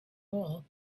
wall